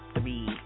three